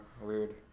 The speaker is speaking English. Weird